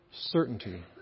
certainty